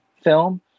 film